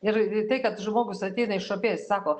ir tai kad žmogus ateina išopėjęs sako